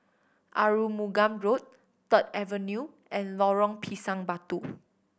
Arumugam Road Third Avenue and Lorong Pisang Batu